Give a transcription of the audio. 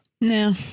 No